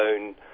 own